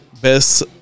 best